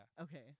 okay